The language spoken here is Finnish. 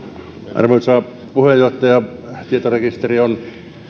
arvoisa puheenjohtaja tietorekisteri on